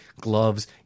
gloves